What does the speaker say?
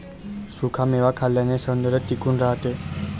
सुखा मेवा खाल्ल्याने सौंदर्य टिकून राहते